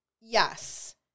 Yes